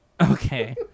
Okay